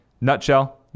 nutshell